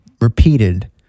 repeated